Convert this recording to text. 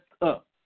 up